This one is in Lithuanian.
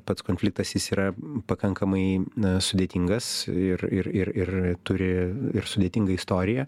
pats konfliktas jis yra pakankamai sudėtingas ir ir ir ir turi ir sudėtingą istoriją